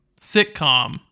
sitcom